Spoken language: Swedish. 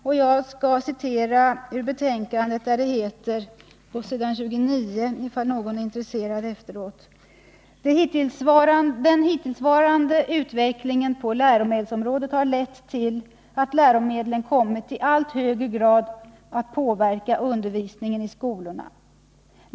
Låt mig citera ur dess betänkande, s. 29, där det heter: ”Den hittillsvarande utvecklingen på läromedelsområdet har lett till att läromedlen kommit att i allt högre grad påverka undervisningen i skolorna.